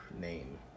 Name